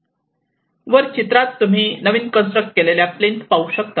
वर चित्रात तुम्ही नवीन कन्स्ट्रक्ट केलेल्या प्लिंथ पाहू शकतात